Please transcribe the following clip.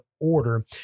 order